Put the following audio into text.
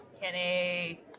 Kenny